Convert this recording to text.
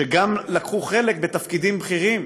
לקחו חלק בתפקידים בכירים.